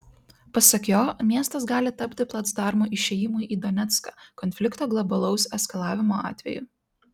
pasak jo miestas gali tapti placdarmu išėjimui į donecką konflikto globalaus eskalavimo atveju